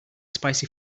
spicy